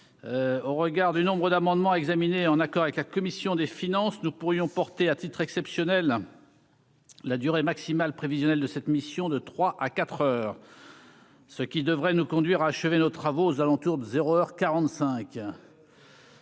au regard du nombre d'amendements examinés en accord avec la commission des finances, nous pourrions porter à titre exceptionnel. La durée maximale prévisionnel de cette mission de 3 à 4 heures, ce qui devrait nous conduire achevé nos travaux aux alentours de 0